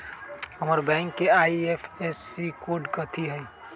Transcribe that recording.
हमर बैंक के IFSC code कथि हई?